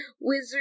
wizard